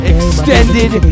Extended